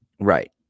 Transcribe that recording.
Right